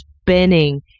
spinning